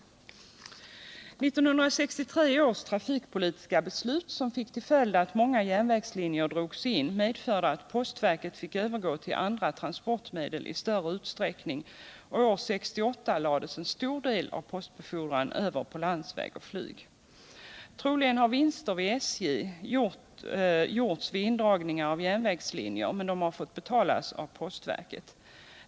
1963 års trafikpolitiska beslut, som fick till följd att många järnvägslinjer drogs in, medförde att postverket i större utsträckning fick övergå till andra transportmedel, och år 1968 lades en stor del av postbefordran över på landsväg och flyg. Troligen har vinster gjorts av SJ vid indragningar av järnvägslinjer, men de har fått betalas av postverket.